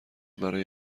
برای